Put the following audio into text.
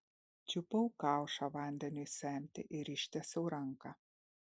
čiupau kaušą vandeniui semti ir ištiesiau ranką